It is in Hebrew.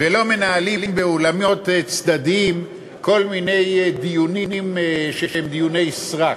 ולא מנהלים באולמות צדדיים כל מיני דיונים שהם דיוני סרק,